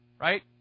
Right